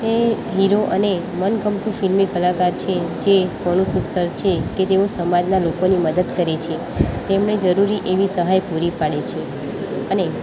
એ hero અને મનગમતી ફિલ્મી કલાકાર છે જે સોનુ સૂદ સર છે કે તેઓ સમાજના લોકોની મદદ કરે છે તેમને જરૂરી એવી સહાય પૂરી પાડે છે અને